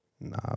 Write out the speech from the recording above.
Nah